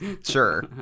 Sure